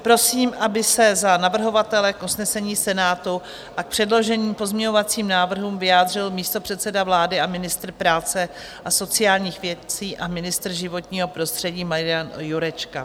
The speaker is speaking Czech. Prosím, aby se za navrhovatele k usnesení Senátu a k předloženým pozměňovacím návrhům vyjádřil místopředseda vlády a ministr práce a sociálních věcí a ministr životního prostředí Marian Jurečka.